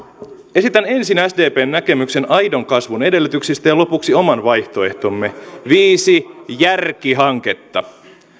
esitän ensin sdpn näkemyksen aidon kasvun edellytyksistä ja lopuksi oman vaihtoehtomme viisi järkihanketta